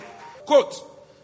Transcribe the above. Quote